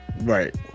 right